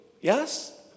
yes